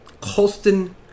Colston